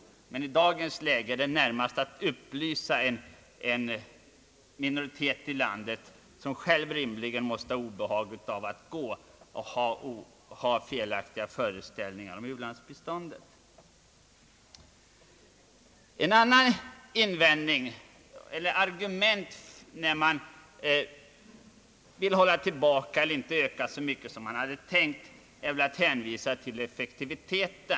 Därför, och i dagens läge, gäller det närmast att upplysa den minoritet i landet som själv rimligen måste ha obehag av att den har felaktiga föreställningar om u-landsbiståndet. Ett annat argument när man inte vill öka u-hjälpen är att hänvisa till effektiviteten.